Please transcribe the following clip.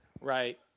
right